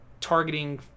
targeting